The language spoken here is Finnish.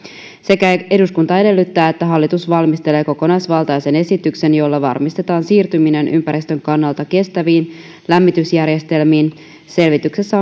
sekä eduskunta edellyttää että hallitus valmistelee kokonaisvaltaisen esityksen jolla varmistetaan siirtyminen ympäristön kannalta kestäviin lämmitysjärjestelmiin selvityksessä